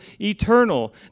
eternal